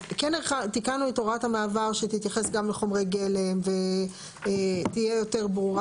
אז כן תיקנו את הוראת המעבר שתתייחס גם לחומרי גלם ותהיה יותר ברורה,